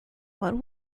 what